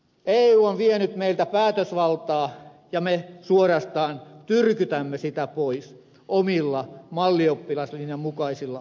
eu on myös vienyt meiltä päätösvaltaa ja me suorastaan tyrkytämme sitä pois omilla mallioppilaslinjan mukaisilla tulkinnoillamme